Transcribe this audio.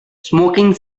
smoking